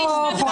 סוף הדיון.